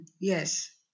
yes